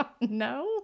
no